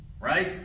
right